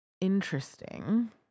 interesting